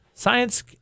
Science